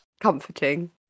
Comforting